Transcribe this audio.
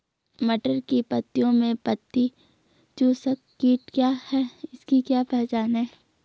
मटर की पत्तियों में पत्ती चूसक कीट क्या है इसकी क्या पहचान है?